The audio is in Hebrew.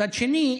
מצד שני,